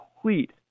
complete